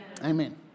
Amen